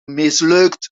mislukt